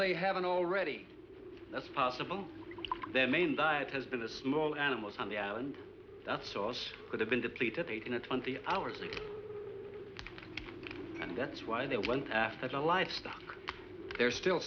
they haven't already that's possible their main diet has been the small animals on the island the sauce could have been depleted eighteen to twenty hours ago and that's why they went after the livestock there's still